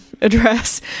address